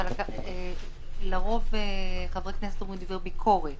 לרוב חברי כנסת אומרים דברי ביקורת,